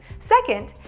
second,